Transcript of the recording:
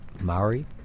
Maori